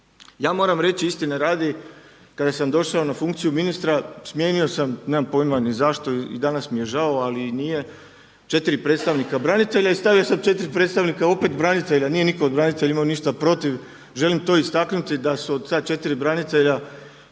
Ja moram reći istine radi kada sam došao na funkciju ministra, smijenio sam, nemam pojma ni zašto i danas mi je žao ali i nije, četiri predstavnika branitelja i stavio sam četiri predstavnika branitelja, nije nitko od branitelja imao ništa protiv. Želim to istaknuti da su od ta četiri branitelja